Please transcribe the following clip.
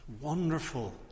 wonderful